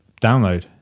download